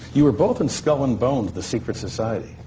you were both in skull and bones, the secret society.